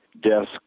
desk